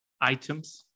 items